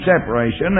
separation